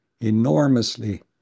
enormously